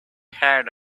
had